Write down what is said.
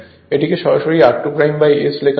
এটিকে সরাসরি r2S লেখা যায়